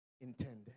intended